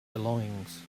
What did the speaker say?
belongings